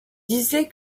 disait